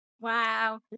Wow